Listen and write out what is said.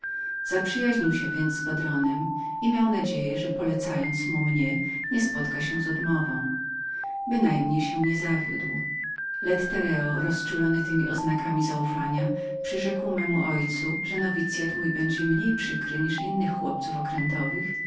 zaprzyjaźnił się z patronem i miał nadzieję że nie może nic lepszego uczynić jak powierzyć mu własnego syna tym razem wcale się nie zawiódł lettereo rozczulony temi oznakami zaufania przyrzekł memu ojcu że nowicyat mój będzie mniej przykrym niż innych chłopców okrętowych